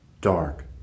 dark